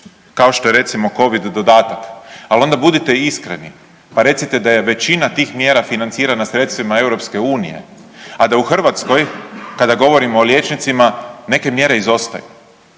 kao što je recimo Covid dodatak, ali onda budite iskreni pa recite da je većina tih mjera financirana sredstvima EU, a da u Hrvatskoj kada govorimo o liječnicima neke mjere izostaju.